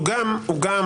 הוא גם חייב,